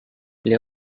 play